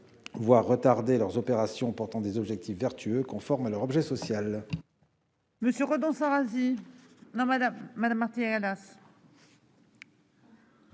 voir retardées leurs opérations qui suivent des objectifs vertueux conformes à leur objet social.